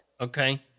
Okay